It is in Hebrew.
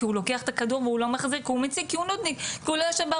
כי הוא לוקח את הכדור והוא לא מחזיר,